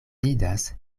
vidas